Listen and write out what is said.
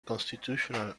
constitutional